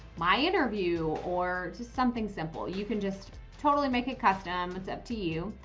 my interview or to something simple, you can just totally make it custom. it's up to you.